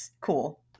cool